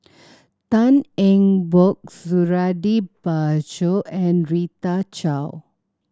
Tan Eng Bock Suradi Parjo and Rita Chao